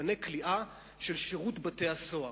מתקני כליאה של שירות בתי-הסוהר.